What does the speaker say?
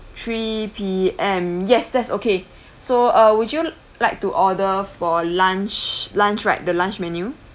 three P_M yes that's okay so uh would you like to order for lunch lunch right the lunch menu